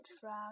Frog